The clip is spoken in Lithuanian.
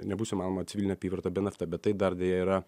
nebus įmanoma civilinė apyvarta be nft bet tai dar deja yra